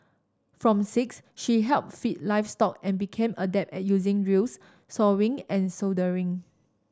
from six she helped feed livestock and became adept at using drills sawing and soldering